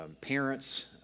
parents